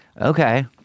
okay